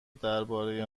درباره